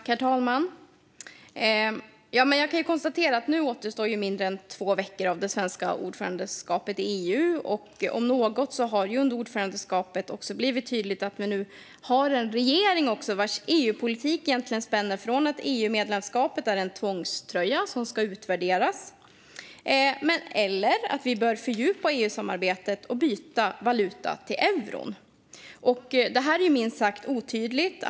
Herr talman! Nu återstår mindre än två veckor av det svenska ordförandeskapet i EU. Om något har det ju i och med ordförandeskapet blivit tydligt att vi nu har en regering vars EU-politik spänner från ståndpunkten att EU-medlemskapet är en tvångströja som ska utvärderas till uppfattningen att vi bör fördjupa EU-samarbetet och byta valuta till euron. Detta är minst sagt otydligt.